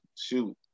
shoot